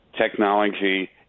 technology –